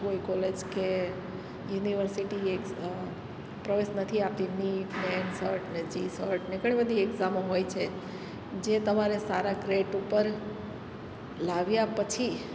કોઈ કોલેજ કે યુનિવર્સિટી પ્રવેશ નથી આપતી નીટ ને એન્સર્ટ ને જીશર્ટ ને ઘણી બધી એક્ઝામો હોય છે જે તમારે સારા ગ્રેડ ઉપર લાવ્યા પછી